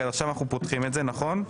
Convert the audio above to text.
עכשיו פותחים את זה, נכון?